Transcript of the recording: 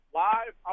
live